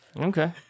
Okay